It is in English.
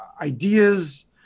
ideas